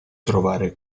trovare